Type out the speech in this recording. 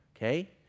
Okay